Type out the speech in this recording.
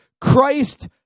Christ